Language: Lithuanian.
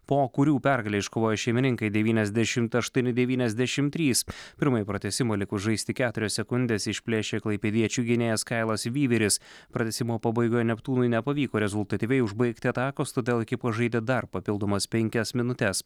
po kurių pergalę iškovojo šeimininkai devyniasdešim aštuoni devyniasdešim trys pirmąjį pratęsimą likus žaisti keturias sekundes išplėšė klaipėdiečių gynėjas kailas vyveris pratęsimo pabaigoje neptūnui nepavyko rezultatyviai užbaigti atakos todėl ekipos žaidė dar papildomas penkias minutes